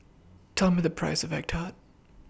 Tell Me The Price of Egg Tart